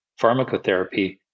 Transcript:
pharmacotherapy